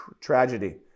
Tragedy